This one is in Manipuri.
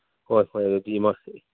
ꯍꯣꯏ ꯍꯣꯏ ꯑꯗꯨꯗꯤ